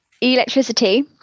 electricity